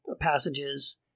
passages